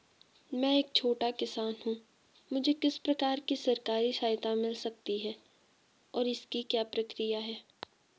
मैं एक छोटा किसान हूँ मुझे किस प्रकार की सरकारी सहायता मिल सकती है और इसकी क्या प्रक्रिया है?